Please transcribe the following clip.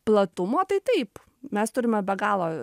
platumo tai taip mes turime be galo